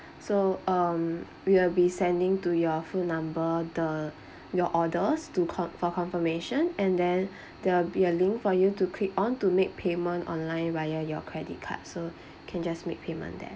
so um we will be sending to your phone number the your orders to con~ for confirmation and then there will be a link for you to click on to make payment online via your credit card so can just make payment there